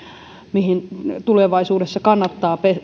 mihin tulevaisuudessa kannattaa